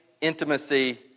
intimacy